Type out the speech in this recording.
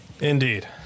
Indeed